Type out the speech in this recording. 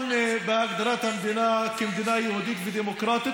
בהגדרת המדינה כמדינה יהודית ודמוקרטית,